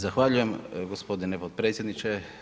Zahvaljujem g. potpredsjedniče.